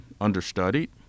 understudied